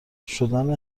شدن